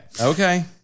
Okay